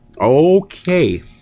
Okay